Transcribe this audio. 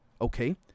okay